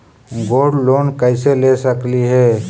Gold loan कैसे ले सकली हे?